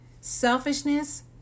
Selfishness